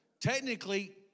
Technically